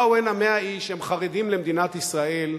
באו הנה 100 איש שהם חרדים למדינת ישראל,